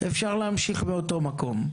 אפשר להמשיך מאותו מקום.